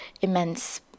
immense